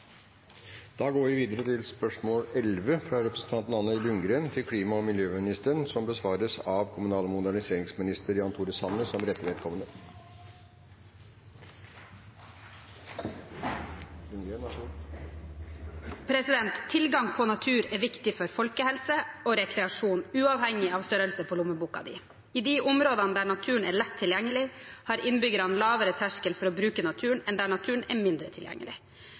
fra representanten Anna Ljunggren til klima- og miljøministeren, vil bli besvart av kommunal- og moderniseringsministeren som rette vedkommende. «Tilgang på natur er viktig for folkehelse og rekreasjon uavhengig av størrelsen på lommeboka di. I de områdene der naturen er lett tilgjengelig, har innbyggerne lavere terskel for å bruke naturen enn der naturen er mindre tilgjengelig.